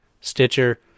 Stitcher